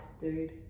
dude